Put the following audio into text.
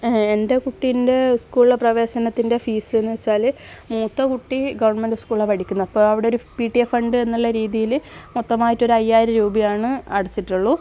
എൻ്റെ കുട്ടിൻ്റെ സ്കൂളിലെ പ്രവേശനത്തിൻ്റെ ഫീസ് എന്ന് വച്ചാൽ മൂത്ത കുട്ടി ഗവൺമെൻറ് സ്കൂളാണ് പഠിക്കുന്നത് അപ്പോൾ അവിടെ ഒരു പി ടി എ ഫണ്ട് എന്നുള്ള രീതിയിൽ മൊത്തമായിട്ട് ഒരു അയ്യായിരം രൂപയാണ് അടച്ചിട്ടുള്ളൂ